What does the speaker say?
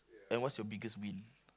and what's your biggest win